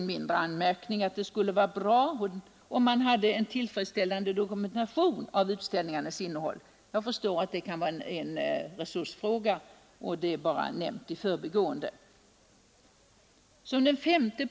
Det skulle vara bra om man hade en tillfredsställande dokumentation av utställningarnas innehåll. Detta är en mindre anmärkning. Jag förstår att det kan vara en resursfråga, och detta är nämnt bara i förbigående. 5.